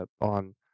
on